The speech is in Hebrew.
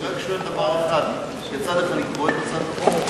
אני רק שואל דבר אחד: יצא לך לקרוא את הצעת החוק?